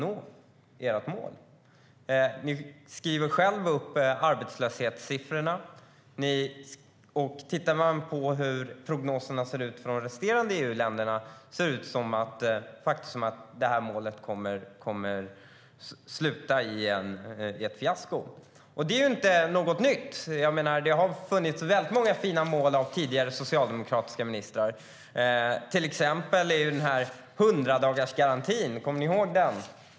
Regeringen skriver själv upp arbetslöshetssiffrorna. Tittar man på prognoserna för resterande EU-länder ser det faktiskt ut som att det här målet kommer att sluta i ett fiasko. Detta är inte något nytt. Det har funnits väldigt många fina mål hos tidigare socialdemokratiska ministrar. Ett exempel är 100-dagarsgarantin. Kommer ni ihåg den?